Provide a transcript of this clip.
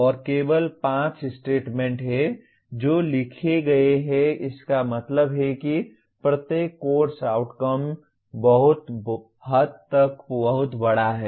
और केवल 5 स्टेटमेंट हैं जो लिखे गए हैं इसका मतलब है कि प्रत्येक कोर्स आउटकम बहुत हद तक बहुत बड़ा है